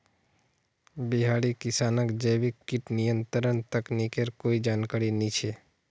बिहारी किसानक जैविक कीट नियंत्रण तकनीकेर कोई जानकारी नइ छ